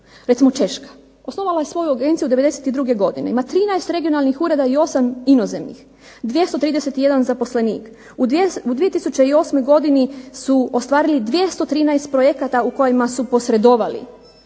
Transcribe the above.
Recimo Češka. Osnovala je svoju agenciju '92. godine, ima 13 regionalnih ureda i 8 inozemnih, 231 zaposlenik, u 2008. godini su ostvarili 213 projekata u kojima su posredovali,